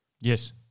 Yes